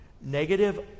Negative